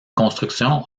construction